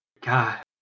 God